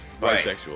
bisexual